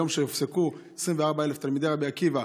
היום שבו פסקו למות 24,000 תלמידי רבי עקיבא,